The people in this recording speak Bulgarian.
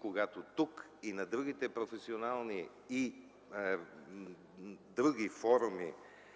когато тук и на други професионални форуми